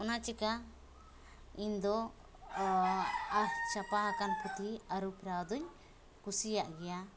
ᱚᱱᱟ ᱪᱤᱠᱟᱹ ᱤᱧ ᱫᱚ ᱟᱫᱽ ᱪᱷᱟᱯᱟᱣᱟᱠᱟᱱ ᱯᱩᱛᱷᱤ ᱟᱹᱨᱩ ᱯᱷᱮᱨᱟᱣ ᱫᱚᱧ ᱠᱩᱥᱤᱭᱟᱜ ᱜᱮᱭᱟ